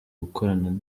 gukorana